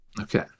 Okay